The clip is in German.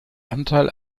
anteil